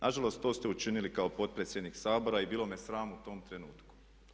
Na žalost to ste učinili kao potpredsjednik Sabora i bilo me sram u tom trenutku.